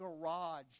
garage